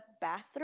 bathroom